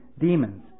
demons